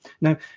Now